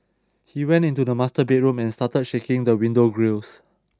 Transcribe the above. he went to the master bedroom and started shaking the window grilles